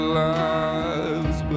lives